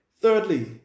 Thirdly